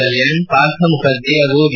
ಕಲ್ಯಾಣ್ ವಾರ್ಥ ಮುಖರ್ಜಿ ಹಾಗೂ ಡಿ